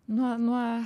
nuo nuo